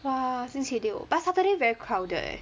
!wah! 星期六 but saturday very crowded